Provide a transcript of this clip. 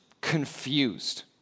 confused